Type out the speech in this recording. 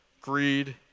greed